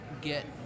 get